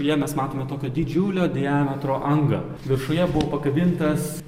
vienas matome tokio didžiulio diametro angą viršuje buvo pakabintas